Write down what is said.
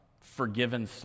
forgiven